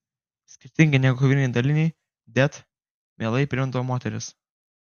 skirtingai negu koviniai daliniai dėt mielai priimdavo moteris